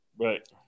Right